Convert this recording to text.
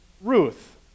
Ruth